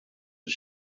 his